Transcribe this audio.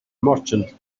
merchant